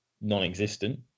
non-existent